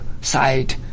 side